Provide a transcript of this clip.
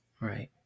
Right